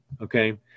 okay